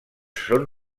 són